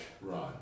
Right